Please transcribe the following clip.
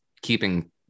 keeping